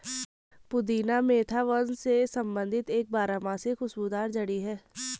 पुदीना मेंथा वंश से संबंधित एक बारहमासी खुशबूदार जड़ी है